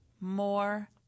more